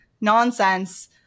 nonsense